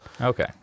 Okay